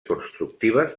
constructives